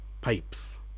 pipes